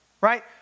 right